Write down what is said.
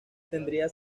tendría